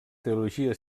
teologia